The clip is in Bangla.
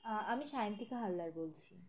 আমি সায়ন্তিকা হালদার বলছি